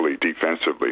defensively